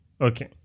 Okay